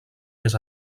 més